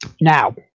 now